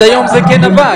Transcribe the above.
עד היום זה כן עבד.